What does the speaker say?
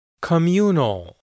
Communal